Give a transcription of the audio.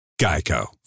Geico